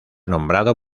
nombrado